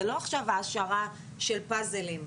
זה לא העשרה של פאזלים.